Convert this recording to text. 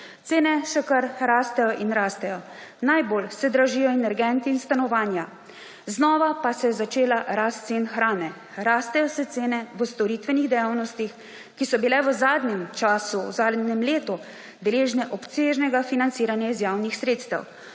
Cene še kar rastejo in rastejo. Najbolj se dražijo energenti in stanovanja. Znova pa so začele rasti cene hrane. Rastejo cene v storitvenih dejavnostih, ki so bile v zadnjem času, v zadnjem letu deležne obsežnega financiranja iz javnih sredstev